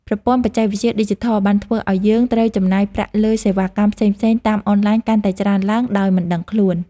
ប្រព័ន្ធបច្ចេកវិទ្យាឌីជីថលបានធ្វើឱ្យយើងត្រូវចំណាយប្រាក់លើសេវាកម្មផ្សេងៗតាមអនឡាញកាន់តែច្រើនឡើងដោយមិនដឹងខ្លួន។